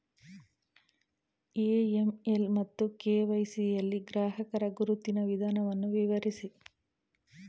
AML ಮತ್ತು KYC ಯಲ್ಲಿ ಗ್ರಾಹಕರ ಗುರುತಿನ ವಿಧಾನವನ್ನು ವಿವರಿಸಿ?